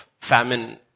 famine